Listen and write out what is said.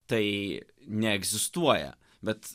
tai neegzistuoja bet